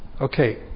Okay